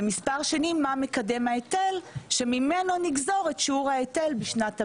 ומספר שני מה מקדם ההיטל שממנו נגזור את שיעור ההיטל בשנת המס.